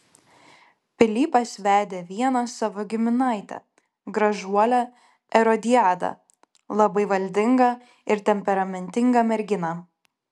pilypas vedė vieną savo giminaitę gražuolę erodiadą labai valdingą ir temperamentingą merginą